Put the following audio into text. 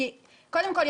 קודם כול,